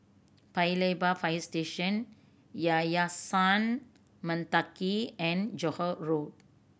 Paya Lebar Fire Station Yayasan Mendaki and Johore Road